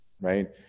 right